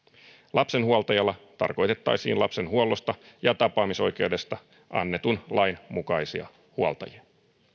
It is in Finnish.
lapsen huoltajalla tarkoitettaisiin lapsen huollosta ja tapaamisoikeudesta annetun lain mukaisia huoltajia